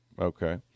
Okay